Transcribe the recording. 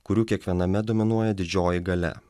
kurių kiekviename dominuoja didžioji galia